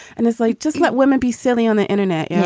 and it's like, just let women be silly on the internet. yeah